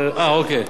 אוקיי.